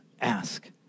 Ask